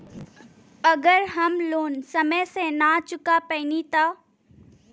अगर हम लोन समय से ना चुका पैनी तब?